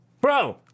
Bro